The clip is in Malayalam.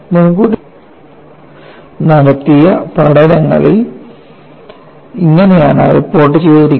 മുൻകൂട്ടി നടത്തിയ പഠനങ്ങളിൽ ഇങ്ങനെയാണ് റിപ്പോർട്ട് ചെയ്യപ്പെട്ടിരുന്നത്